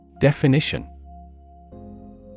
Definition